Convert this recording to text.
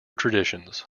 traditions